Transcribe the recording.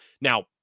Now